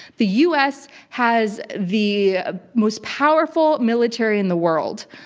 the u. s. has the ah most powerful military in the world.